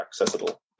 accessible